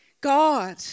God